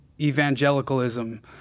evangelicalism